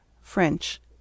French